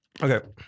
okay